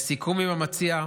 בסיכום עם המציע,